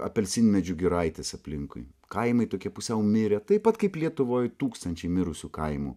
apelsinmedžių giraitės aplinkui kaimai tokie pusiau mirę taip pat kaip lietuvoj tūkstančiai mirusių kaimų